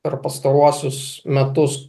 per pastaruosius metus